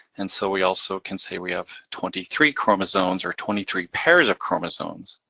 and so, we also can say we have twenty three chromosomes, or twenty three pairs of chromosomes.